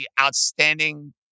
outstanding